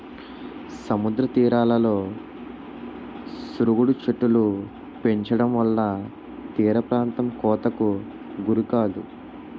సముద్ర తీరాలలో సరుగుడు చెట్టులు పెంచడంవల్ల తీరప్రాంతం కోతకు గురికాదు